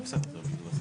לו שר הפנים יוכל,